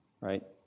right